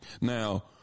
Now